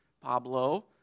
Pablo